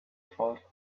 thought